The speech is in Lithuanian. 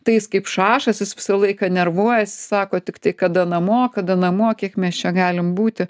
tai jis kaip šašas jis visą laiką nervuojuosi sako tiktai kada namo kada namo kiek mes čia galim būti